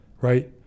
right